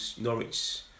Norwich